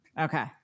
Okay